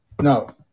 No